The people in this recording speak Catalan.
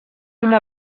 una